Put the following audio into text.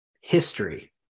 history